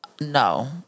No